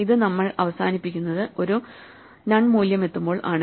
ഇത് നമ്മൾ അവസാനിപ്പിക്കുന്നത് ഒരു നൺ മൂല്യമെത്തുമ്പോൾ ആണ്